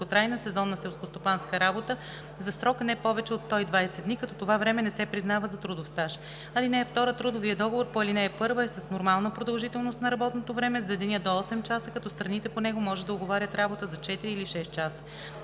стаж. (2) Трудовият договор по ал. 1 е с нормална продължителност на работното време за деня до 8 часа, като страните по него може да уговарят работа за 4 или 6 часа.